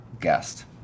guest